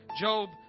Job